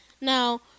Now